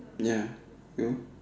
ya you